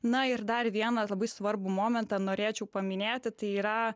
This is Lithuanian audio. na ir dar vieną labai svarbų momentą norėčiau paminėti tai yra